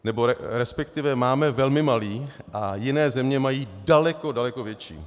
Nebo resp. máme velmi malý a jiné země mají daleko, daleko větší.